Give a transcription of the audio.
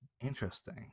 Interesting